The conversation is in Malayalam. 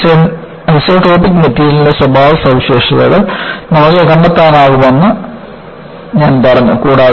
ഒരു ഐസോട്രോപിക് മെറ്റീരിയലിന്റെ സ്വഭാവ സവിശേഷതകൾ നമുക്ക് കണ്ടെത്താനാകുമെന്ന് ഞാൻ പറഞ്ഞു